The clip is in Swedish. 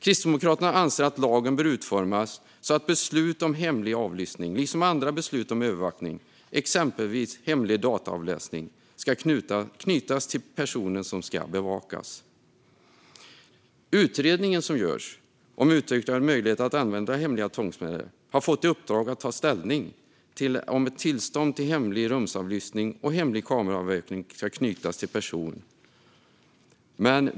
Kristdemokraterna anser att lagen bör utformas så att beslut om hemlig avlyssning - liksom andra beslut om övervakning, exempelvis hemlig dataavläsning - ska knytas till personen som ska bevakas. Utredningen om utökade möjligheter att använda hemliga tvångsmedel har fått i uppdrag att ta ställning till om ett tillstånd till hemlig rumsavlyssning och hemlig kameraövervakning ska knytas till person.